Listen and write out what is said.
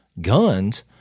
guns